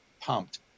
pumped